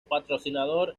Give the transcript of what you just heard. patrocinador